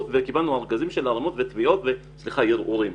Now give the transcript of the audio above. וקיבלנו ארגזים של תביעות וערעורים.